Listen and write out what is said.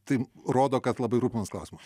tai rodo kad labai rūpimas klausima